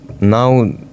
now